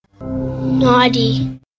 Naughty